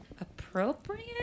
appropriate